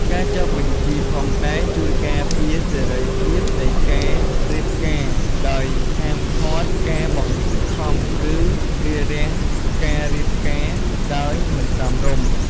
ការចុះបញ្ជីផងដែរជួយការពារសេរីភាពនៃការរៀបការដោយហាមឃាត់ការបង្ខំឬរារាំងការរៀបការដោយមិនសមរម្យ។